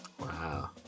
Wow